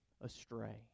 astray